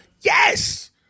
yes